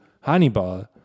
Hannibal